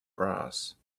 brass